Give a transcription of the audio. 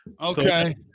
okay